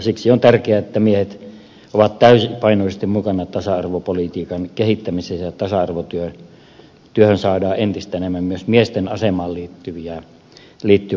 siksi on tärkeää että miehet ovat täysipainoisesti mukana tasa arvopolitiikan kehittämisessä ja tasa arvotyöhön saadaan entistä enemmän myös miesten asemaan liittyvää asiantuntemusta